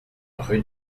rue